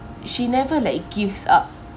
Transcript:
she never like gives up